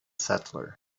settler